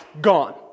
gone